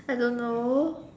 I don't know